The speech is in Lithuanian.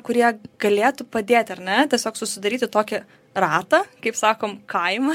kurie galėtų padėti ar ne tiesiog susidaryti tokį ratą kaip sakom kaimą